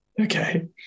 Okay